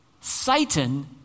Satan